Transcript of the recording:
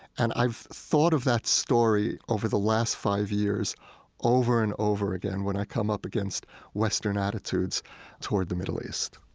and i've thought of that story over the last five years over and over again when i come up against western attitudes toward the middle east